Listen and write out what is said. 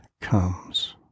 comes